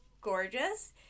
gorgeous